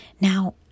Now